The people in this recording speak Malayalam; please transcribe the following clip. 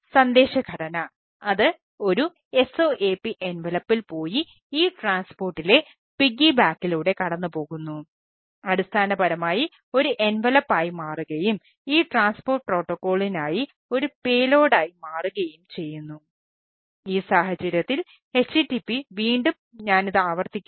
സന്ദേശ ഘടന അത് ഒരു SOAP എൻവലപ്പിൽ കൂട്ടിച്ചേർക്കാൻ പാടില്ല